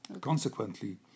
Consequently